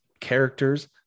characters